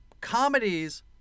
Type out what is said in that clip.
comedies